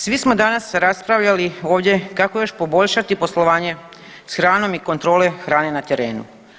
Svi smo danas raspravljali ovdje kako još poboljšati poslovanje s hranom i kontrolom hrane na terenu.